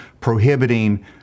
prohibiting